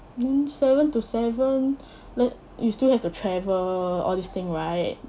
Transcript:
means seven to seven then you still have to travel all this thing right